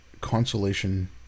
consolation